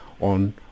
on